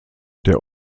der